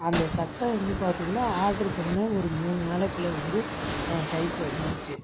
அந்த சட்டை வந்து பார்த்தீங்கனா ஆர்ட்ரு பண்ணிணேன் ஒரு மூணு நாளைக்குள்ளே வந்து என் கைக்கு வந்துருச்சு